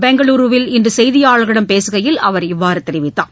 பெங்களுருவில் இன்று செய்தியாளர்களிடம் பேசுகையில் அவர் இவ்வாறு தெரிவித்தார்